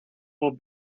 will